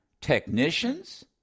technicians